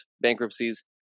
bankruptcies